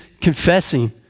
confessing